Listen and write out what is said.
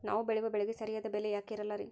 ನಾವು ಬೆಳೆಯುವ ಬೆಳೆಗೆ ಸರಿಯಾದ ಬೆಲೆ ಯಾಕೆ ಇರಲ್ಲಾರಿ?